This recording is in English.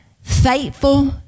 faithful